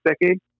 decade